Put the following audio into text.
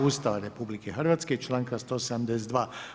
Ustava RH i članka 172.